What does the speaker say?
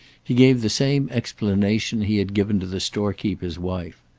he gave the same explanation he had given to the store-keeper's wife.